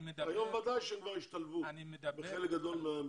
היום בוודאי שהם ישתלבו בחלק גדול מהמקומות.